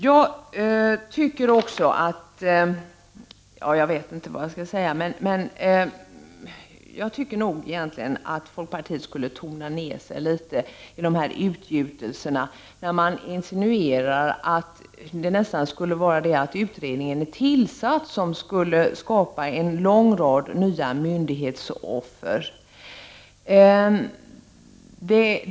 Jag anser att folkpartiet bör tona ner sig litet i sina utgjutelser, när man i stort sett insinuerar att det faktum att utredningen tillsattes skulle skapa en lång rad nya myndighetsoffer.